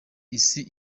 isi